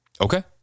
Okay